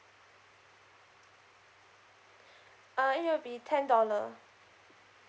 uh it will be ten dollar